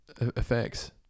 effects